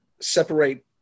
separate